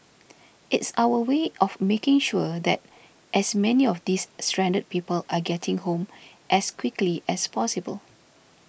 it's our way of making sure that as many of these stranded people are getting home as quickly as possible